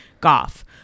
Goff